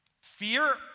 Fear